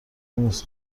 مونس